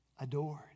adored